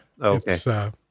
Okay